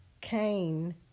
Cain